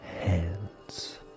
Hands